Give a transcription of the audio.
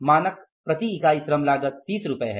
मानक प्रति इकाई श्रम लागत ३० रुपये है